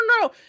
no